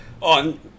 on